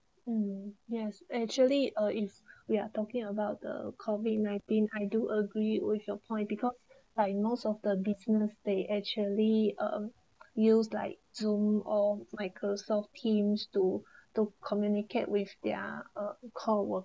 um yes actually uh if we are talking about the COVID-nineteen I do agree with your point because like most of the business they actually um use like zoom or microsoft teams to to communicate with their uh co-workers